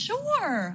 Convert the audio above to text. Sure